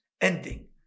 ending